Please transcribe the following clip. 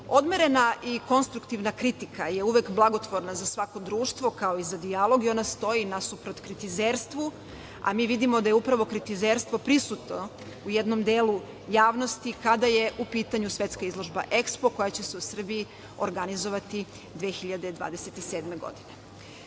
i konstruktivna kritika je uvek blagotvorna za svako društvo kao i za dijaloge i ona stoji nasuprot kritizerstvu, a mi vidimo da je upravo kritizerstvo prisutno u jednom delu javnosti kada je u pitanju svetska izložba EKSPO koja će se u Srbiji organizovati 2027 godine. Stav